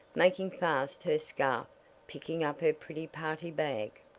making fast her scarf picking up her pretty party-bag.